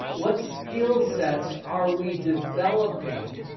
what skill sets are we developing